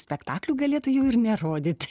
spektaklių galėtų jų ir nerodyt